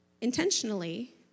intentionally